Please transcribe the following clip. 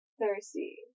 Thirsty